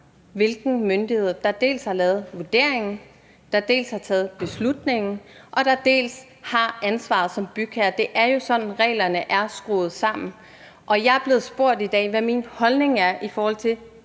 hvilken myndighed der har lavet vurderingen, der har taget beslutningen, og der har ansvaret som bygherre. Det er jo sådan, reglerne er skruet sammen. Og jeg er blevet spurgt i dag, hvad min holdning er i forhold til